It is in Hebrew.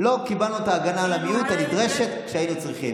לא קיבלנו את ההגנה הנדרשת על המיעוט כשהיינו צריכים.